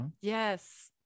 Yes